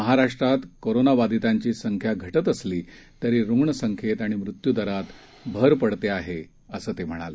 महाराष्ट्रात कोरोनाबाधितांची संख्या घटत असली तरी रुग्णसंख्येत आणि मृत्यूदरात भर पडते आहे असंही ते म्हणाले